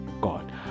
god